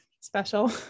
special